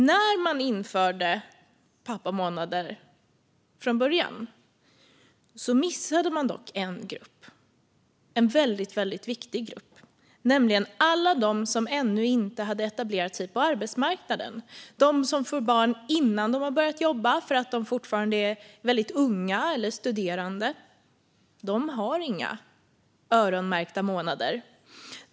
När man införde pappamånader från början missade man dock en väldigt viktig grupp, nämligen de som ännu inte hade etablerat sig på arbetsmarknaden - de som får barn innan de har börjat jobba, för att de är unga eller studerande. De har inga öronmärkta månader.